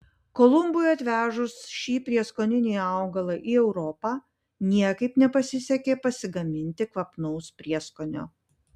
kolumbui atvežus šį prieskoninį augalą į europą niekaip nepasisekė pasigaminti kvapnaus prieskonio